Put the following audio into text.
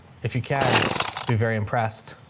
if you can be very impressed.